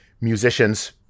musicians